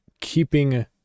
keeping